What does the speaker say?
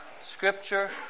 Scripture